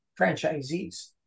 franchisees